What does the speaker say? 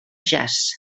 jazz